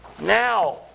now